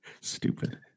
stupid